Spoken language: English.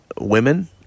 women